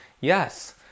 yes